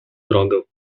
drogę